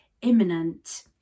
imminent